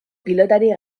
pilotari